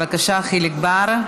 בבקשה, חיליק בר.